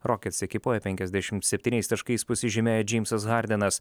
rockets ekipoje penkiasdešimt septyniais taškais pasižymėjo džeimsas hardenas